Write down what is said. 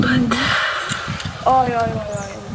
कळ्ळें न्हू हय हय हय हय हय